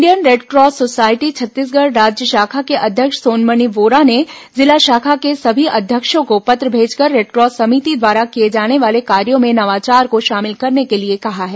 Indian Red Cross Society Chhattisgarh राज्य शाखा के अध्यक्ष सोनमणि बोरा ने जिला शाखा के सभी अध्यक्षों को पत्र भेजकर रेडक्रॉस समिति द्वारा किये जाने वाले कार्यो में नवाचार को शामिल करने के लिए कहा है